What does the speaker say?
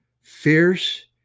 fierce